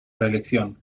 reelección